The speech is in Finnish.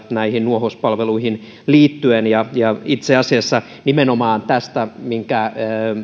näihin nuohouspalveluihin liittyen ja ja itse asiassa nimenomaan tästä minkä